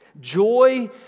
Joy